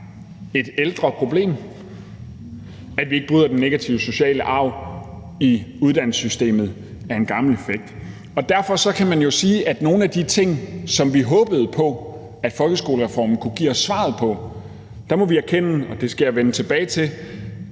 et ældre problem. At vi ikke bryder den negative sociale arv i uddannelsessystemet, er en gammel defekt. Derfor kan man sige, at i forhold til nogle af de ting, vi håbede folkeskolereformen kunne give os svaret på, må vi erkende – og det skal jeg vende tilbage til